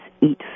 eat